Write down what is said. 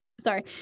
Sorry